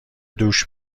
دوش